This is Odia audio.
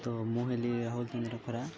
ତ ମୁଁ ହେଲି ରାହୁଲ ଚନ୍ଦ୍ର ଖୋରା